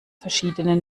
verschiedene